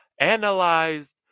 analyzed